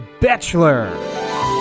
Bachelor